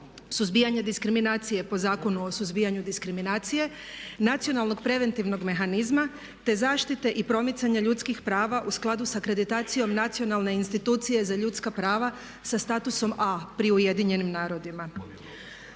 suzbijanje diskriminacije po Zakonu o suzbijanju diskriminacije, nacionalnog preventivnog mehanizma te zaštite i promicanja ljudskih prava u skladu sa akreditacijom Nacionalne institucije za ljudska prava sa statusom A pri Ujedinjenim narodima.